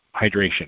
Hydration